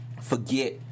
forget